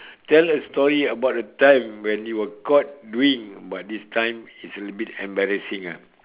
tell a story about a time when you were caught doing but this time it's a little bit embarrassing ah